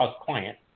client